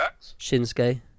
Shinsuke